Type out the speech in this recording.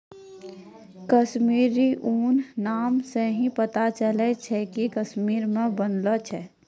कश्मीरी ऊन नाम से ही पता चलै छै कि कश्मीर मे बनलो छै